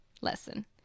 lesson